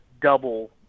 double